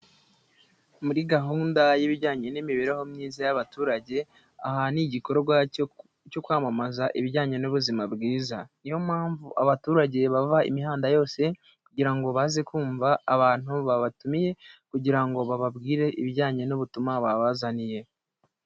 Muri gahunda y'ibijyanye n'imibereho myiza y'abaturage, aha ni igikorwa cyo kwamamaza ibijyanye n'ubuzima bwiza, niyo mpamvu abaturage bava imihanda yose kugira ngo baze kumva abantu babatumiye, kugira ngo bababwire ibijyanye n'ubutumwa babazaniye.